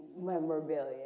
memorabilia